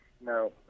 no